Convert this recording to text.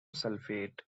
sulfate